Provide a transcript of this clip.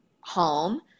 home